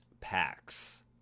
packs